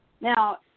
Now